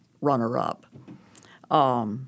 runner-up